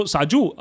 Saju